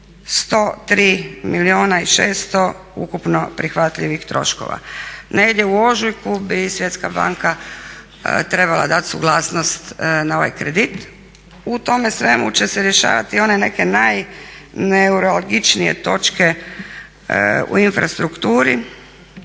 103 milijuna i 600 ukupno prihvatljivih troškova. Negdje u ožujku bi Svjetska banka trebala dati suglasnost na ovaj kredit. U tome svemu će se rješavati one neke najneuralgičnije točke u infrastrukturi,